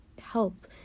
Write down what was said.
help